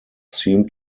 seem